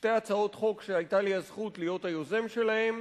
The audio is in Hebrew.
שתי הצעות חוק שהיתה לי הזכות להיות היוזם שלהן,